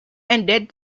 ended